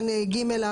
תקנות גירום.